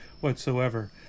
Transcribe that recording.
whatsoever